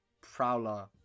Prowler